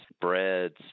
breads